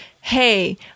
hey